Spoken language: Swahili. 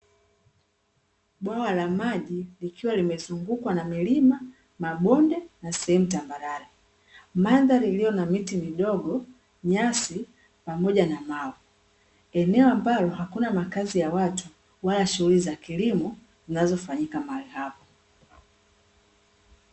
Bwawa la maji likiwa limezungukwa na milima, mabonde na sehemu tambarare. Mandhari iliyo na miti midogo, nyasi pamoja na mawe. Eneo ambalo hakuna makazi ya watu wala shughuli za kilimo zinazofanyika mahali hapo.